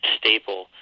staple